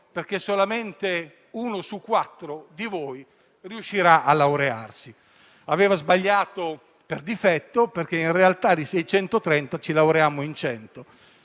perché solamente uno su quattro di noi sarebbe riuscito a laurearsi. Aveva sbagliato per difetto, perché in realtà su 630 ci laureammo in 100.